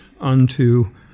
unto